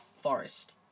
forest